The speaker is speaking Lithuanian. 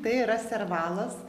tai yra servalas